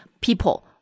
people